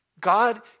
God